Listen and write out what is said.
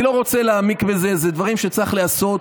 אני לא רוצה להעמיק בזה, אלה דברים שצריך לעשות.